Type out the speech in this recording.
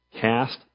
cast